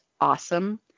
awesome